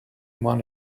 want